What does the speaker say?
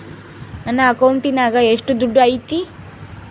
ನನ್ನ ಅಕೌಂಟಿನಾಗ ಎಷ್ಟು ದುಡ್ಡು ಐತಿ?